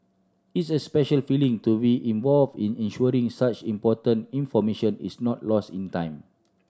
it's a special feeling to involved in ensuring such important information is not lost in time